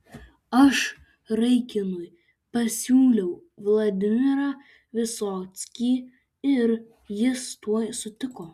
aš raikinui pasiūliau vladimirą visockį ir jis tuoj sutiko